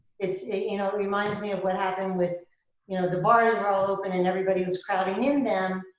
it it you know reminds me of what happened with you know the bars were all open, and everybody was crowding in them.